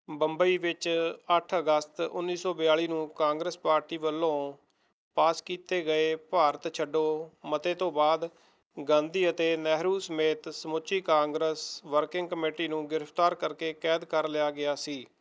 ਬੰਬਈ ਵਿੱਚ ਅੱਠ ਅਗਸਤ ਉੱਨੀ ਸੌ ਬਿਆਲੀ ਨੂੰ ਕਾਂਗਰਸ ਪਾਰਟੀ ਵੱਲੋਂ ਪਾਸ ਕੀਤੇ ਗਏ ਭਾਰਤ ਛੱਡੋ ਮਤੇ ਤੋਂ ਬਾਅਦ ਗਾਂਧੀ ਅਤੇ ਨਹਿਰੂ ਸਮੇਤ ਸਮੁੱਚੀ ਕਾਂਗਰਸ ਵਰਕਿੰਗ ਕਮੇਟੀ ਨੂੰ ਗ੍ਰਿਫਤਾਰ ਕਰ ਕੇ ਕੈਦ ਕਰ ਲਿਆ ਗਿਆ ਸੀ